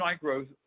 growth